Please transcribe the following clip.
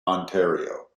ontario